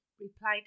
replied